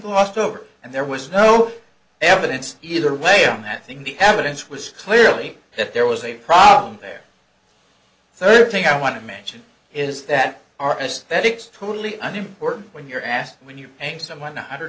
glossed over and there was no evidence either way on that thing the evidence was clearly that there was a problem there third thing i want to mention is that our aesthetics totally unimportance when you're asked when you and someone one hundred